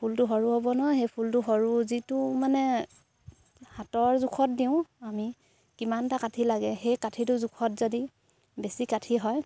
ফুলটো সৰু হ'ব নহয় সেই ফুলটো সৰু যিটো মানে হাতৰ জোখত দিওঁ আমি কিমানটা কাঠি লাগে সেই কাঠিটোৰ জোখত যদি বেছি কাঠি হয়